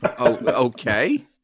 okay